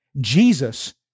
Jesus